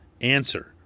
answer